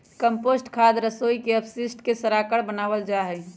compost खाद रसोई के अपशिष्ट के सड़ाकर बनावल जा हई